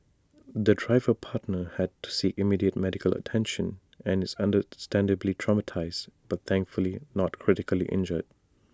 the driver partner had to seek immediate medical attention and is understandably traumatised but thankfully not critically injured